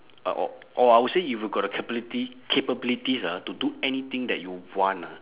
uh or or I would say if you got the capability capabilities ah to do anything that you want ah